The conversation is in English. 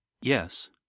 yes